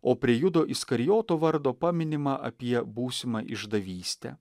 o prie judo iskarijoto vardo paminima apie būsimą išdavystę